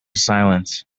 silence